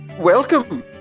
welcome